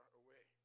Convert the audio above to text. away